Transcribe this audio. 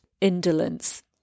indolence